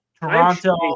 Toronto